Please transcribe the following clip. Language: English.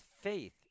faith